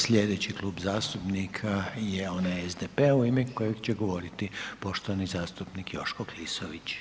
Slijedeći Klub zastupnik je onaj SDP-a u ime kojeg će govorit poštovani zastupnik Joško Klisović.